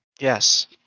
Yes